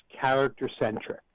character-centric